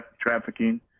trafficking